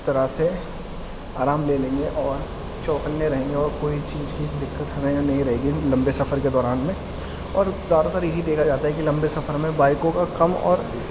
طرح سے آرام لے لیں گے اور چوکنے رہیں گے اور کوئی چیز کی دقت ہمیں نہیں رہے گی ہم لمبے سفر کے دوران میں اور زیادہ تر یہی دیکھا جاتا ہے کہ لمبے سفر میں بائیکوں پر کم اور